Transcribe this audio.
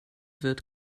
wird